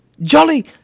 Jolly